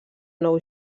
nou